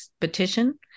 petition